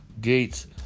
gates